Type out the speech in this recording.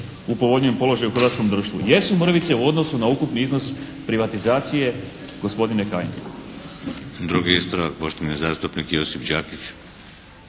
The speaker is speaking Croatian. u povoljnijem položaju u hrvatskom društvu. Jesu mrvice u odnosu na ukupni iznos privatizacije gospodine Kajin.